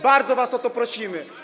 Bardzo was o to prosimy.